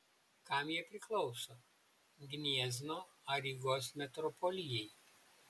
kam jie priklauso gniezno ar rygos metropolijai